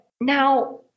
Now